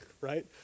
Right